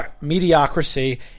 mediocrity